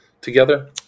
together